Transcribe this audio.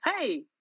Hey